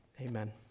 amen